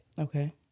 Okay